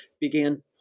began